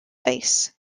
ice